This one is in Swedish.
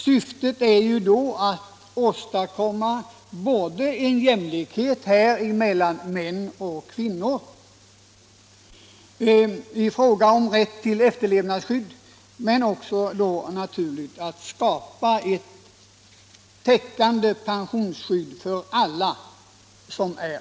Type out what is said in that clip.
Syftet är att åstadkomma jämlikhet mellan män och kvinnor i fråga om rätt till efterlevnadsskydd och naturligtvis också att skapa ett täckande pensionsskydd för alla.